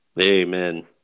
Amen